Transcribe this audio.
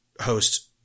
host